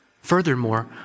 Furthermore